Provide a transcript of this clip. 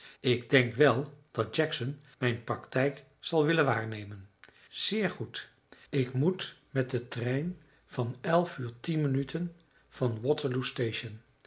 ik denk wel dat jackson mijn praktijk zal willen waarnemen zeer goed ik moet met den trein van uur minuten van waterloo station